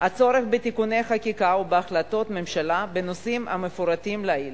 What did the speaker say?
הצורך בתיקוני חקיקה ובהחלטות ממשלה בנושאים המפורטים לעיל